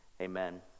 amen